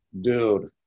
Dude